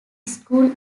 school